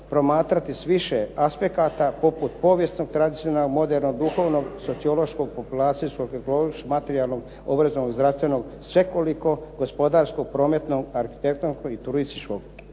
promatrati s više aspekata poput povijesnog, tradicionalnog, modernog, duhovnog, sociološkog, populacijskog, ekološkog, materijalnog, obrazovnog, zdravstvenog, svekoliku gospodarsku, prometnu, arhitektonsku i turističku